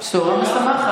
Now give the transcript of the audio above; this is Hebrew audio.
זו בשורה משמחת,